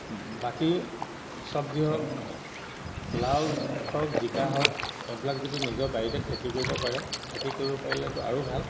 বাকী চব্জি হওক লাউ হওক জিকা হওক এইবিলাক যদি নিজৰ বাৰীতে খেতি কৰিব পাৰে খেতি কৰিব পাৰিলেতো আৰু ভাল